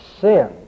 sin